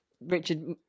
Richard